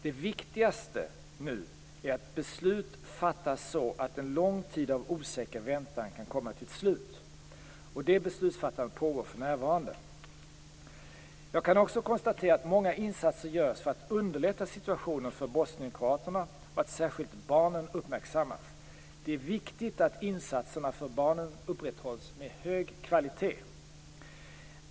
Det viktigaste nu är att beslut fattas så att en lång tid av osäker väntan kan komma till ett slut. Det beslutsfattandet pågår för närvarande. Jag kan också konstatera att många insatser görs för att underlätta situationen för bosnienkroaterna och att särskilt barnen uppmärksammas. Det är viktigt att insatserna för barnen upprätthålls med hög kvalitet.